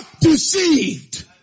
deceived